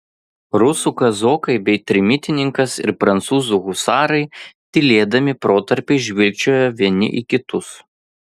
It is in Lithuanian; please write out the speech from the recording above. rusų kazokai bei trimitininkas ir prancūzų husarai tylėdami protarpiais žvilgčiojo vieni į kitus